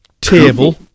table